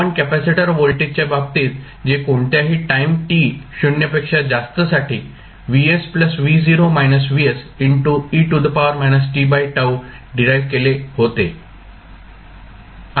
आपण कॅपेसिटर व्होल्टेजच्या बाबतीत जे कोणत्याही टाईम t 0 पेक्षा जास्तसाठी डिराईव्ह केले होते